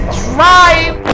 drive